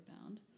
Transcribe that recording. Bound